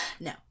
No